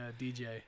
DJ